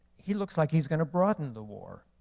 he looks like he's going to broaden the war.